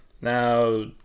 Now